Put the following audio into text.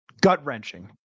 gut-wrenching